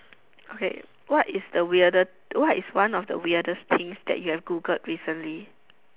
okay what is the weirdest what is one of the weirdest things that you've Googled recently